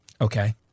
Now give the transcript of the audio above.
Okay